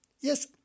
Yes